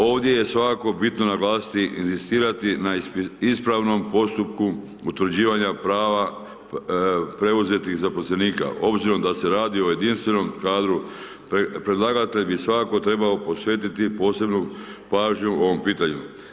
Ovdje je svakako bitno naglasiti i inzistirati na ispravnom postupku utvrđivanja prava preuzetih zaposlenika, obzirom da se radi o jedinstvenom kadru, predlagatelj bi svakako trebao posvetiti posebnu pažnju ovom pitanju.